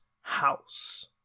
house